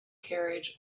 carriage